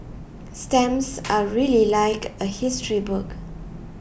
stamps are really like a history book